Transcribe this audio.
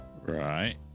right